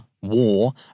war